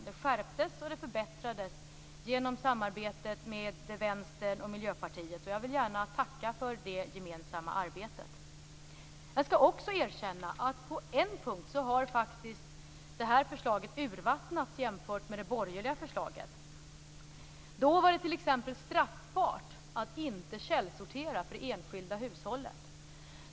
Det skärptes och förbättrades genom samarbetet med Vänstern och Miljöpartiet. Jag vill gärna tacka för det gemensamma arbetet. Jag skall också erkänna att på en punkt har faktiskt det här förslaget urvattnats jämfört med det borgerliga förslaget. Då var det t.ex. straffbart att inte källsortera för det enskilda hushållet.